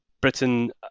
Britain